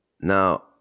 Now